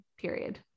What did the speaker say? period